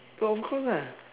of course lah